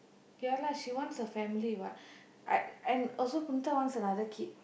ya lah she wants a family what and and also Punitha wants another kid